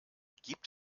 gibt